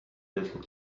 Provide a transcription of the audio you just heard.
little